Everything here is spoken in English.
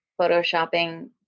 photoshopping